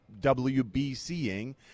WBCing